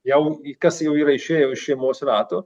jau kas jau yra išėję už šeimos rato